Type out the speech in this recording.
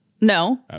No